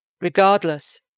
Regardless